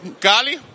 Cali